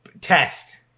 Test